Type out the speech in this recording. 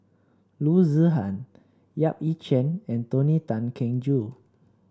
Loo Zihan Yap Ee Chian and Tony Tan Keng Joo